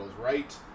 right